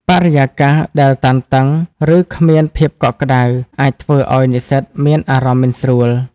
បរិយាកាសដែលតានតឹង ឬគ្មានភាពកក់ក្តៅអាចធ្វើឱ្យនិស្សិតមានអារម្មណ៍មិនស្រួល។